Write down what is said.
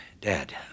Dad